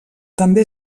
també